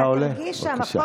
תודה.